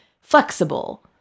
flexible